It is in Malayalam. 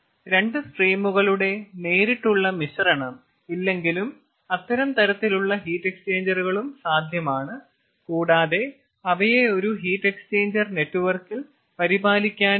2 സ്ട്രീമുകളുടെ നേരിട്ടുള്ള മിശ്രണം ഇല്ലെങ്കിലും അത്തരം തരത്തിലുള്ള ഹീറ്റ് എക്സ്ചേഞ്ചറുകളും സാധ്യമാണ് കൂടാതെ അവയെ ഒരു ഹീറ്റ് എക്സ്ചേഞ്ചർ നെറ്റ്വർക്കിൽ പരിപാലിക്കാനും കഴിയും